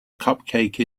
cupcake